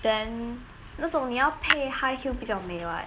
then 那时候你要配 high heel 比较美 [what]